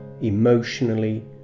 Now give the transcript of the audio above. emotionally